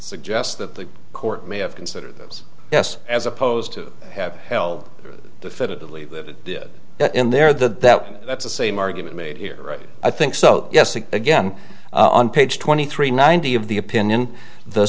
suggests that the court may have considered those yes as opposed to have held the fitly that did that in there that that that's the same argument made here i think so yes again on page twenty three ninety of the opinion the